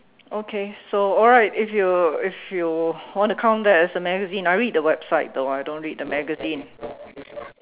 okay so alright if you if you want to count that as a magazine I read the website though I don't read the magazine